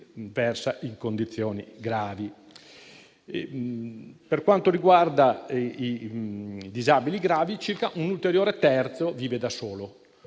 versano in condizioni gravi. Per quanto riguarda i disabili gravi, circa un ulteriore terzo vive da solo